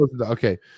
Okay